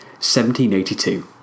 1782